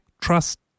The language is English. Trust